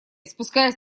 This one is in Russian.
спускаясь